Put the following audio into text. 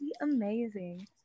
Amazing